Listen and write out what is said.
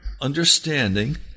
understanding